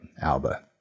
Alba